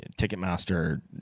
Ticketmaster